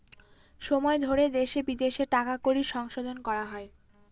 সময় ধরে দেশে বিদেশে টাকা কড়ির সংশোধন করা হয়